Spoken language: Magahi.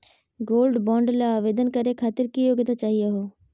गोल्ड बॉन्ड ल आवेदन करे खातीर की योग्यता चाहियो हो?